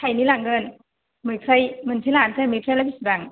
थाइनै लांगोन मैफ्राय मोनसे लानोसै मैफ्रायालाय बिसिबां